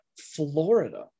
Florida